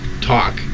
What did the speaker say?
talk